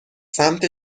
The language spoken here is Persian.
سمت